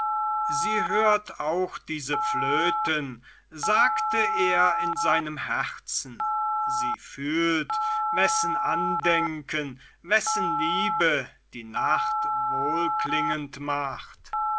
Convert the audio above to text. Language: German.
sie hört auch diese flöten sagte er in seinem herzen sie fühlt wessen andenken wessen liebe die nacht wohlklingend macht